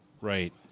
Right